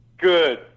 Good